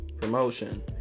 promotion